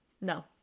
No